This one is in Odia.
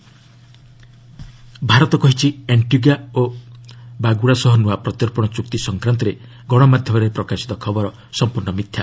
ଚୋକ୍ସି ଭାରତ କହିଛି ଆଣ୍ଟିଗୁଆ ଓ ବାର୍ଗୁଡ଼ା ସହ ନୂଆ ପ୍ରତ୍ୟର୍ପଣ ଚୁକ୍ତି ସଂକ୍ରାନ୍ତରେ ଗଣମାଧ୍ୟମରେ ପ୍ରକାଶିତ ଖବର ସଂପୂର୍ଣ୍ଣ ମିଥ୍ୟା